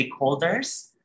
stakeholders